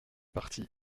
partie